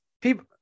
people